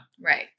Right